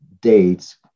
dates